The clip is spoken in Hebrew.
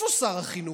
איפה שר החינוך,